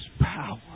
power